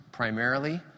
Primarily